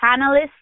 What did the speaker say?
panelists